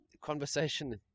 conversation